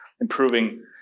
improving